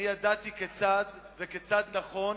אני ידעתי כיצד נכון